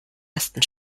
ersten